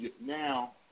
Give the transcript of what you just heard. now